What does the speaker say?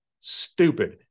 Stupid